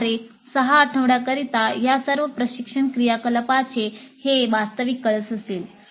सुमारे 6 आठवड्यांकरिता या सर्व प्रशिक्षण क्रियाकलापांचे हे वास्तविक कळस असेल